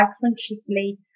consciously